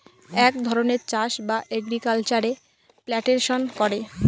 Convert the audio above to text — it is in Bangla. এক ধরনের চাষ বা এগ্রিকালচারে প্লান্টেশন করে